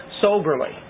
soberly